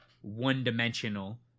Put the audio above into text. one-dimensional